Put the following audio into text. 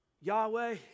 Yahweh